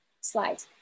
slide